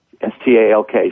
S-T-A-L-K